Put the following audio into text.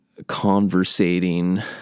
conversating